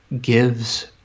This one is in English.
gives